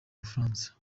bufaransa